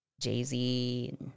Jay-Z